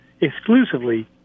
exclusively